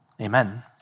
Amen